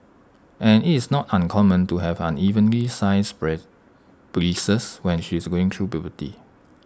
and is not uncommon to have unevenly sized bread breasts when she is going through puberty